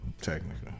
Technically